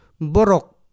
Borok